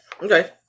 Okay